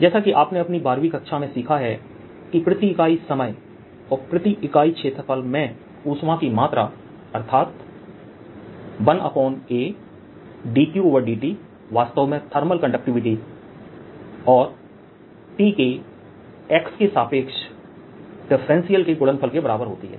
जैसा कि आपने अपनी 12 वीं कक्षा में सीखा है कि प्रति इकाई समय और प्रति इकाई क्षेत्रफल मैं ऊष्मा की मात्रा अर्थात 1AdQdt वास्तव में थर्मल कंडक्टिविटी और T के x के सापेक्ष डिफरेंशियल के गुणनफल के बराबर होती है